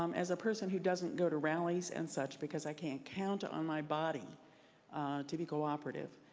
um as a person who doesn't go to rallies and such because i can't count on my body to be cooperative,